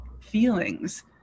feelings